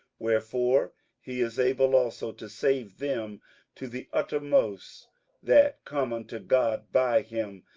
wherefore he is able also to save them to the uttermost that come unto god by him,